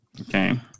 Okay